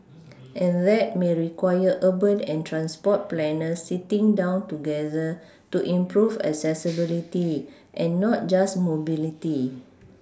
and that may require urban and transport planners sitting down together to improve accessibility and not just mobility